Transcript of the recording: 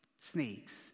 snakes